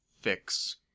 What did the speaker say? fix